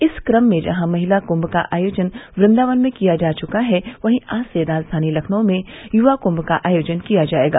इस क्रम में जहां महिला क्म का आयोजन वृदावन में किया जा चका है वहीं आज से राजधानी लखनऊ में युवा कुम का आयोजन किया जायेगा